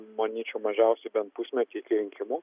manyčiau mažiausiai bent pusmetį iki rinkimų